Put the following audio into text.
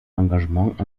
engagement